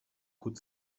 could